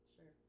Sure